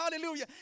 hallelujah